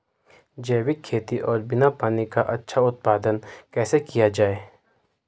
जैविक खेती और बिना पानी का अच्छा उत्पादन कैसे किया जाए?